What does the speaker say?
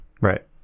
Right